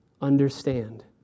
understand